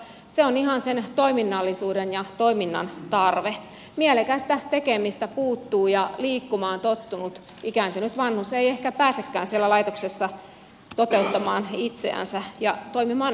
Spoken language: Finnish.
se on ihan se toiminnallisuuden ja toiminnan tarve mielekästä tekemistä puuttuu ja liikkumaan tottunut ikääntynyt vanhus ei ehkä pääsekään siellä laitoksessa toteuttamaan itseänsä ja toimimaan aktiivisesti